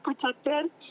protected